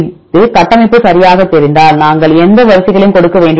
எனவே கட்டமைப்பு சரியாகத் தெரிந்தால் நாங்கள் எந்த வரிசை களையும் கொடுக்க வேண்டியதில்லை